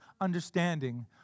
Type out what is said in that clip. understanding